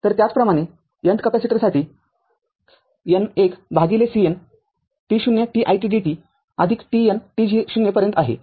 तरत्याचप्रमाणे nth कॅपेसिटरसाठी n १CN t0 t it dt t n t0 पर्यंत आहे